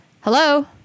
Hello